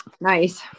nice